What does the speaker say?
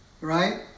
right